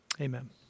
amen